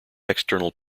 external